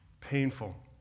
painful